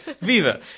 viva